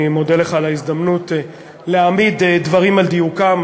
אני מודה לך על ההזדמנות להעמיד דברים על דיוקם.